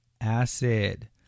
acid